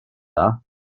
dda